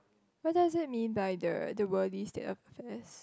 what does it mean by the the worries that affairs